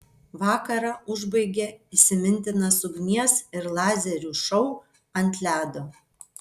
vakarą užbaigė įsimintinas ugnies ir lazerių šou ant ledo